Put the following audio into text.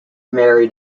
married